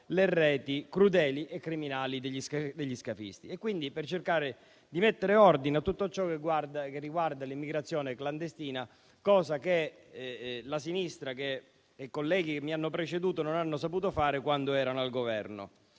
le reti crudeli e criminali degli scafisti. In sostanza, cerca di mettere ordine in tutto ciò che riguarda l'immigrazione clandestina, cosa che la sinistra e i colleghi che mi hanno preceduto non hanno saputo fare quando erano al Governo.